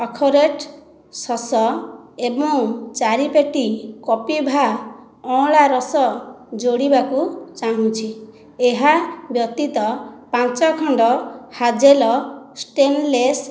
ଅଖରେଟ୍ ଶସ ଏବଂ ଚାରି ପେଟି କପିଭା ଅଁଳା ରସ ଯୋଡ଼ିବାକୁ ଚାହୁଁଛି ଏହା ବ୍ୟତୀତ ପାଞ୍ଚ ଖଣ୍ଡ ହାଜେଲ ଷ୍ଟେନଲେସ୍